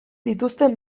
dituzten